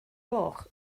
gloch